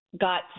got